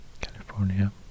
California